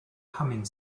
humming